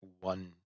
one